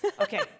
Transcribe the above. Okay